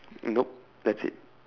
nope that's it